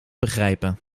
begrijpen